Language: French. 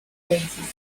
coexistent